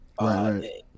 Right